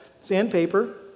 Sandpaper